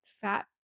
fat